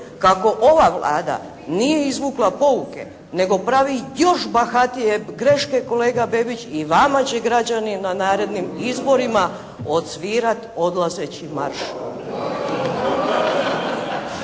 Kako ova Vlada nije izvukla pouke nego pravi još bahatije greške, kolega Bebić, i vama će građani na narednim izborima odsvirati odlazeći marš.